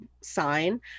sign